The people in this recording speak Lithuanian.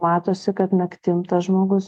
matosi kad naktim tas žmogus